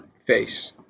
face